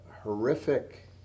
horrific